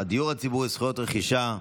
הדיור הציבורי (זכויות רכישה).